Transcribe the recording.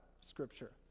Scripture